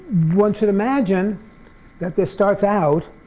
one should imagine that this starts out